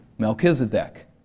Melchizedek